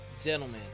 gentlemen